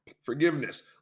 forgiveness